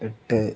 എട്ട്